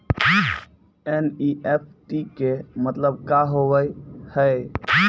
NEFT के मतलब का होव हेय?